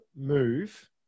move